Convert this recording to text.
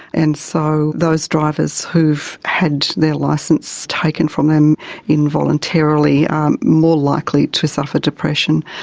and so those drivers who've had their licence taken from them involuntarily more likely to suffer depression,